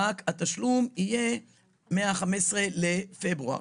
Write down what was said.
רק התשלום יהיה מה-15 בפברואר.